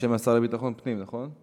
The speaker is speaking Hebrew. בשם השר לביטחון פנים, נכון?